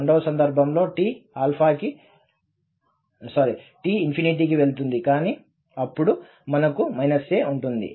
రెండవ సందర్భంలో t ∞ కి వెళుతుంది కానీ అప్పుడు మనకు a ఉంటుంది